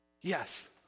Yes